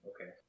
Okay